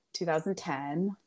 2010